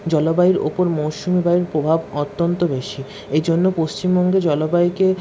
জলবায়ুর ওপর মৌসুমি বায়ুর প্রভাব অত্যন্ত বেশি এই জন্য পশ্চিমবঙ্গে জলবায়ুকে